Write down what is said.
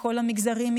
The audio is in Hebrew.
מכל המגזרים,